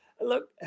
Look